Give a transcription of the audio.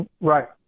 Right